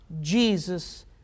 Jesus